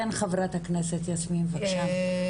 כן, חה"כ יסמין, בבקשה.